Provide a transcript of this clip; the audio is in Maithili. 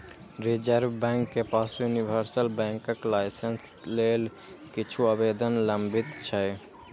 रिजर्व बैंक के पास यूनिवर्सल बैंकक लाइसेंस लेल किछु आवेदन लंबित छै